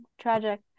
tragic